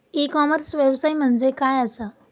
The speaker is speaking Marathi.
ई कॉमर्स व्यवसाय म्हणजे काय असा?